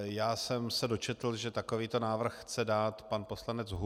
Já jsem se dočetl, že takovýto návrh chce dát pan poslanec Huml.